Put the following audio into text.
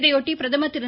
இதையொட்டி பிரதமர் திரு